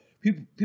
people